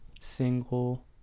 single